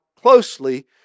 closely